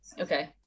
Okay